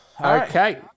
Okay